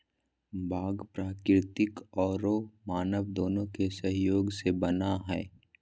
बाग प्राकृतिक औरो मानव दोनों के सहयोग से बना हइ